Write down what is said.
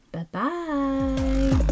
Bye-bye